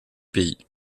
pays